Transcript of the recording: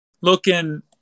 looking